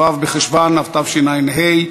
בעד, 13, נגד, אין, אין נמנעים.